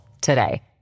today